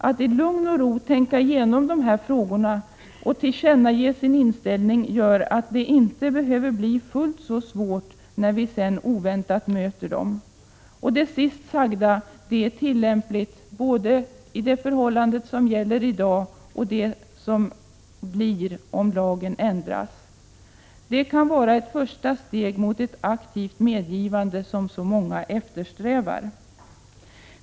Att i lugn och ro tänka igenom de här frågorna och tillkännage sin inställning gör att det inte behöver bli fullt så svårt när vi sedan oväntat möter dessa frågeställningar. Det sist sagda är tillämpligt både i den situation som gäller i dag och i den som blir om lagen ändras. Detta kan vara ett första steg mot ett aktivt medgivande, som så många eftersträvar.